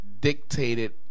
dictated